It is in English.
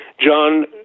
John